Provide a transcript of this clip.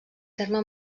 terme